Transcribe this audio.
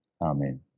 Amen